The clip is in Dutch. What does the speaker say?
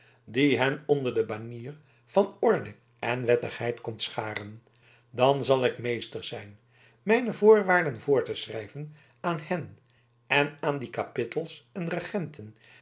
die hen onder de banier van orde en wettigheid komt scharen dan zal ik meester zijn mijne voorwaarden voor te schrijven aan hen en aan die kapittels en regenten